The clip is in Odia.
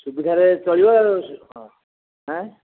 ସୁବିଧାରେ ଚଳିବ ଆଉ ଆଁ